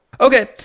Okay